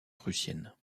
prussienne